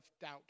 doubt